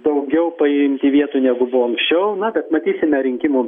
daugiau paimti vietų negu buvo anksčiau na bet matysime rinkimų